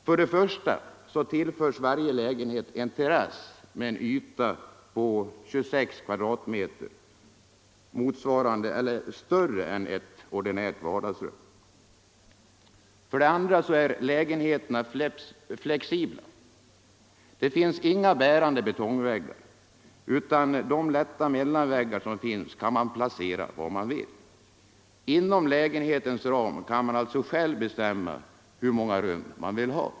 För det första tillförs varje lägenhet en terrass med en yta av 26 m”', större än ett ordinärt vardagsrum. För det andra är lägenheterna flexibla. Det finns inga bärande betongväggar. De lätta mellanväggar som finns kan man placera var man vill. Inom lägenhetens ram kan man alltså själv bestämma hur många rum man vill ha.